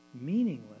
meaningless